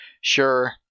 Sure